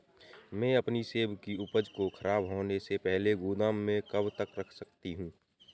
मैं अपनी सेब की उपज को ख़राब होने से पहले गोदाम में कब तक रख सकती हूँ?